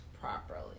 properly